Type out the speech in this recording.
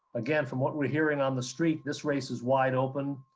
again, from what we're hearing on the street this race is wide open.